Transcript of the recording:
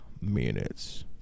minutes